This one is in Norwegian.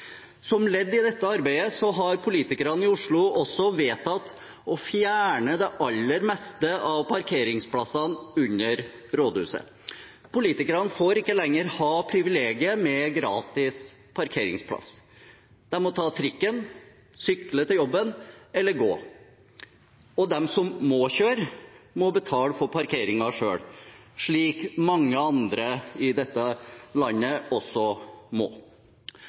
Som ledd i dette arbeidet har politikerne i Oslo også vedtatt å fjerne det aller meste av parkeringsplassene under rådhuset. Politikerne får ikke lenger ha privilegiet med gratis parkeringsplass. De må ta trikken, sykle til jobben eller gå. Og de som må kjøre, må betale for parkeringen selv, slik mange andre i dette landet også må.